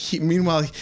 meanwhile